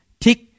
tick